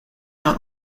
out